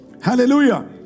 Hallelujah